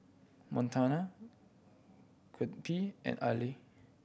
Montana Gottlieb and Allyn